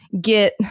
get